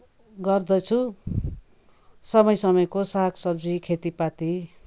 गर्दछु समय समयको साग सब्जी खेति पाती